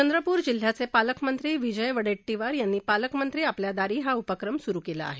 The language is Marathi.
चंद्रपूर जिल्ह्याचे पालकमंत्री विजय वडेट्टीवार यांनी पालकमंत्री आपल्या दारी हा उपक्रम स्रू केला आहे